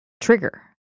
trigger